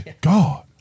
God